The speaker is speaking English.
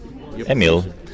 Emil